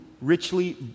richly